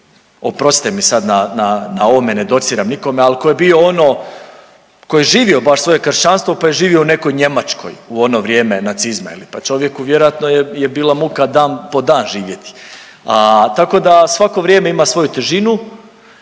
oprostite mi sada na ovome ne dociram nikome, ali ko je bio ono ko je živio svoje kršćanstvo pa je živio u nekoj Njemačkoj u ono vrijeme nacizma je li pa čovjeku vjerojatno je bila muka dan po dan živjeti tako da svako vrijeme ima svoju težinu